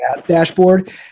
dashboard